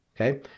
Okay